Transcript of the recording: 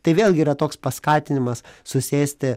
tai vėlgi yra toks paskatinimas susėsti